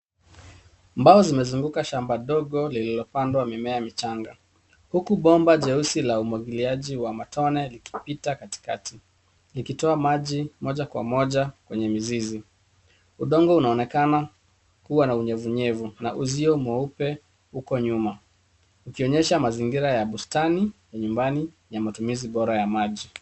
Mbao zimezunguka shamba dogo lililopandwa mimea michanga huku bomba jeusi la umwagiliaji wa matone likipita katikati likitoa maji moja kwa moja kwenye mizizi. Udongo unaonekana kuwa na unyevu unyevu na uzio mweupe huko nyuma ukionyesha mazingira ya bustani ya nyumbani ya matumizi bora ya maji.